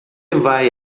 vai